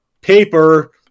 paper